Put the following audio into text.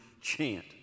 chant